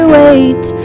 wait